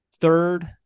Third